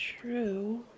True